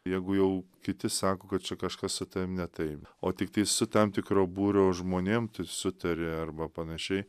jeigu jau kiti sako kad čia kažkas su tavim ne taip o tiktais su tam tikro būrio žmonėm sutari arba panašiai